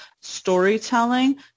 storytelling